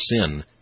sin